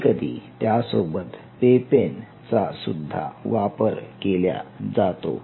कधीकधी त्यासोबत पेपेन चा सुद्धा वापर केल्या जातो